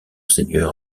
seigneur